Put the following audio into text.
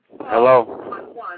Hello